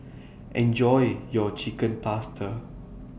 Enjoy your Chicken Pasta